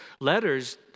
letters